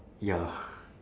ya